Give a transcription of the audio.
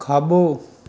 खाॿो